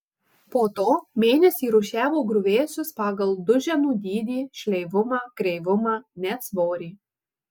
po to mėnesį rūšiavo griuvėsius pagal duženų dydį šleivumą kreivumą net svorį